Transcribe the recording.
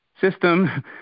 system